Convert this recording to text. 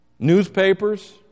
Newspapers